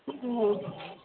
हँ